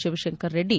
Shivashankara Reddy